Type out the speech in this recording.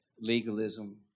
legalism